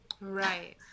Right